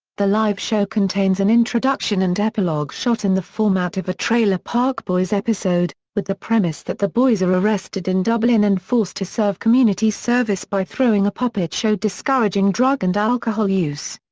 the live show contains an introduction and epilogue shot in the format of a trailer park boys episode, with the premise that the boys are arrested in dublin and forced to serve community service by throwing a puppet show discouraging drug and alcohol use.